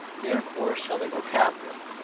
therefore shall they go captive,